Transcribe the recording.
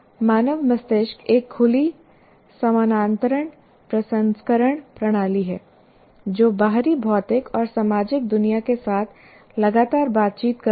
मानव मस्तिष्क एक खुली समानांतर प्रसंस्करण प्रणाली है जो बाहरी भौतिक और सामाजिक दुनिया के साथ लगातार बातचीत कर रही है